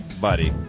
buddy